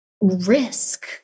risk